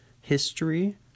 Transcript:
History